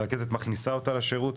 הרכזת מכניסה אותה לשירות,